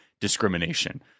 discrimination